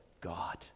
God